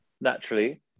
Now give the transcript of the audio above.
naturally